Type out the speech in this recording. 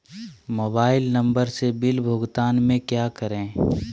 Mobile number से bill भुगतान में क्या करें?